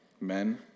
Men